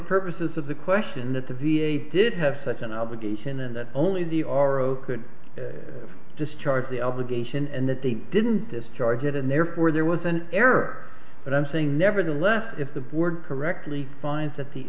purposes of the question that the v a did have such an obligation and that only the r o could discharge the obligation and that they didn't discharge it and therefore there was an error but i'm saying nevertheless if the board correctly finds that the